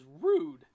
rude